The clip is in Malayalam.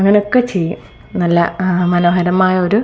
അങ്ങനെയൊക്കെ ചെയ്യും നല്ല മനോഹരമായ ഒരു